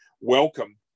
welcome